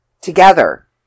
together